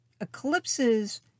Eclipses